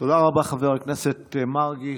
תודה רבה, חבר הכנסת מרגי.